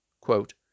Quote